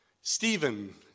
Stephen